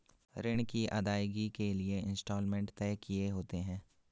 ऋण की अदायगी के लिए इंस्टॉलमेंट तय किए होते हैं